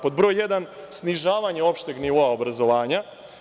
Pod broj jedan, snižavanje opšteg nivoa obrazovanja.